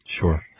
Sure